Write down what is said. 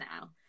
now